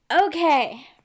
okay